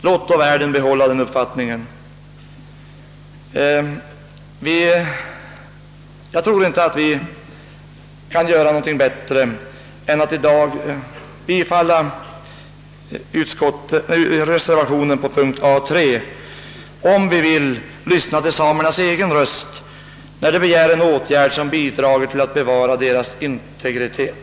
Låt då världen behålla denna uppfattning! Jag tror inte vi kan göra bättre än att i dag bifalla reservationen under punkt A 3, om vi vill lyssna till samernas egen röst när de begär en åtgärd som bidrar till att bevara deras integritet.